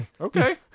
okay